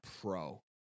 pro